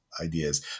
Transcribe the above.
Ideas